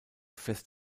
fest